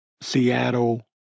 Seattle